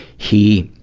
he,